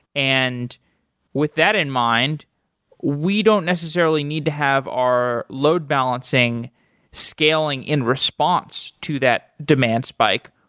and with that in mind we don't necessarily need to have our load balancing scaling in response to that demand spike.